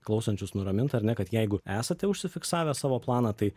klausančius nuramint ar ne kad jeigu esate užsifiksavę savo planą tai